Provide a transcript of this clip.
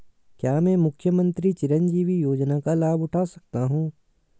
क्या मैं मुख्यमंत्री चिरंजीवी योजना का लाभ उठा सकता हूं?